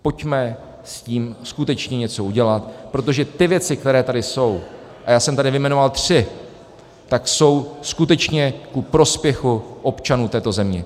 Pojďme s tím skutečně něco udělat, protože ty věci, které tady jsou, a já jsem tady vyjmenoval tři, tak jsou skutečně ku prospěchu občanů této země.